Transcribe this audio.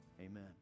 Amen